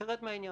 תרד מהעניין.